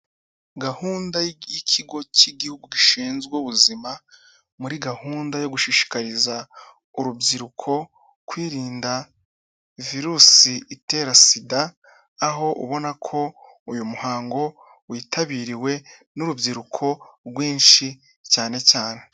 Gahunda y'ikigo cy'igihugu gishinzwe ubuzima muri gahunda yo gushishikariza urubyiruko kwirinda virusi itera SIDA, aho ubona ko uyu muhango witabiriwe n'urubyiruko rwinshi cyane cyane.